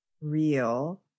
real